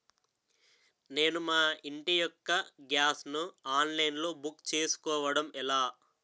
నేను మా ఇంటి యెక్క గ్యాస్ ను ఆన్లైన్ లో బుక్ చేసుకోవడం ఎలా?